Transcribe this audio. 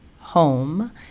Home